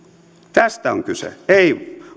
tästä on kyse ei